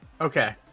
Okay